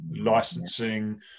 licensing